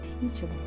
teachable